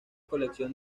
colección